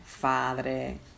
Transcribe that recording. padre